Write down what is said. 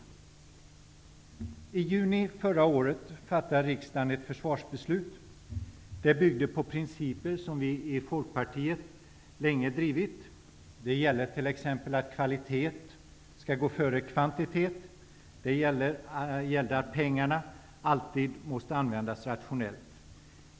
I juni förra året fattade riksdagen ett försvarsbeslut. Det byggde på principer som vi i Folkpartiet länge drivit. Det gällde t.ex. att kvalitet skall gå före kvantitet och att pengarna alltid måste användas rationellt.